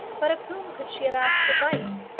but of whom could she have asked advice?